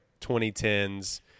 2010s